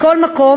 מכל מקום,